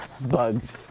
bugs